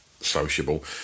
sociable